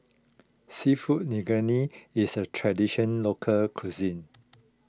Seafood Linguine is a Traditional Local Cuisine